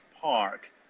Park